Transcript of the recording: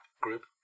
group